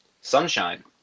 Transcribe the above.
sunshine